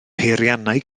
peiriannau